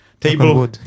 table